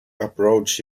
approached